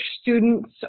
students